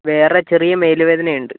വേറെ ചെറിയ മേലുവേദന ഉണ്ട്